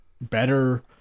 better